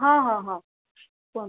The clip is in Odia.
ହଁ ହଁ ହଁ କୁହନ୍ତୁ